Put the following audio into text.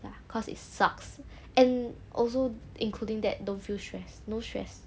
ya cause it sucks and also including that don't feel stress no stress